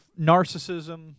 narcissism